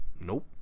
nope